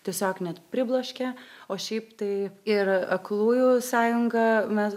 tiesiog net pribloškė o šiaip tai ir aklųjų sąjunga mes